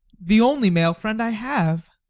the only male friend i have.